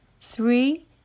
three